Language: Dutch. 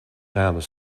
ramen